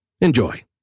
Enjoy